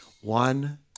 One